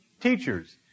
teachers